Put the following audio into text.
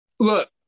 look